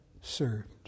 served